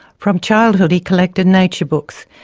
from childhood he collected nature books,